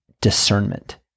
discernment